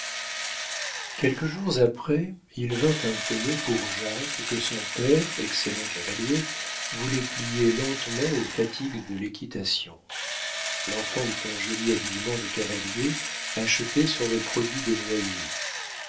quelques jours après il vint un poney pour jacques que son père excellent cavalier voulait plier lentement aux fatigues de l'équitation l'enfant eut un joli habillement de cavalier acheté sur le produit des noyers